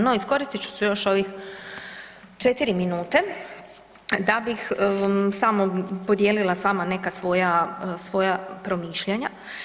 No, iskoristit ću još ovih 4 minute da bih samo podijelila s vama neka svoja, svoja promišljanja.